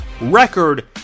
record